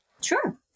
Sure